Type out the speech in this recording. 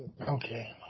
Okay